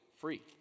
free